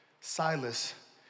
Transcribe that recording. Silas